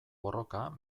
borroka